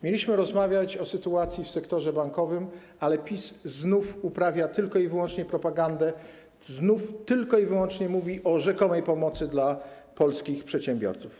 Mieliśmy rozmawiać o sytuacji w sektorze bankowym, ale PiS znów uprawia tylko i wyłącznie propagandę, znów tylko i wyłącznie mówi o rzekomej pomocy dla polskich przedsiębiorców.